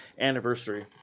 anniversary